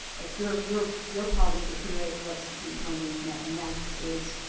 it's your. your your problem to create what's being put on the internet and that is,